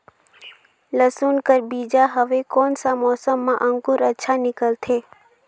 लसुन कर बीजा हवे कोन सा मौसम मां अंकुर अच्छा निकलथे?